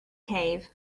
cave